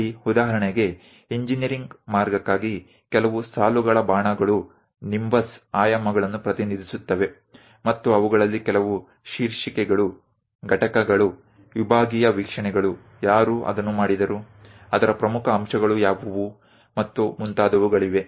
ಇಲ್ಲಿ ಉದಾಹರಣೆಗೆ ಇಂಜಿನೀರಿಂಗ್ ಮಾರ್ಗಕ್ಕಾಗಿ ಕೆಲವು ಸಾಲುಗಳ ಬಾಣಗಳು ನಿಂಬಸ್ ಆಯಾಮಗಳನ್ನು ಪ್ರತಿನಿಧಿಸುತ್ತವೆ ಮತ್ತು ಅವುಗಳಲ್ಲಿ ಕೆಲವು ಶೀರ್ಷಿಕೆಗಳು ಘಟಕಗಳು ವಿಭಾಗೀಯ ವೀಕ್ಷಣೆಗಳು ಯಾರು ಅದನ್ನು ಮಾಡಿದರು ಅದರ ಪ್ರಮುಖ ಅಂಶಗಳು ಯಾವುವು ಮತ್ತು ಮುಂತಾದವುಗಳಿವೆ